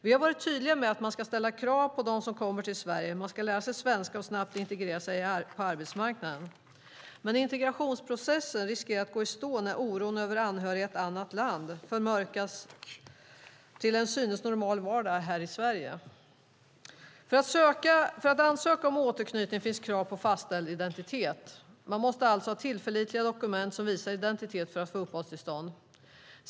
Vi har varit tydliga med att krav ska ställas på dem som kommer till Sverige. Man ska lära sig svenska och snabbt integreras på arbetsmarknaden. Men integrationsprocessen riskerar att gå i stå när oron över anhöriga i ett annat land förmörkar en till synes normal vardag här i Sverige. När det gäller att ansöka om återknytning finns det krav på fastställd identitet. Man måste ha tillförlitliga dokument som visar identiteten för att få uppehållstillstånd.